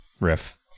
riff